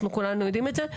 אנחנו כולנו יודעים את זה.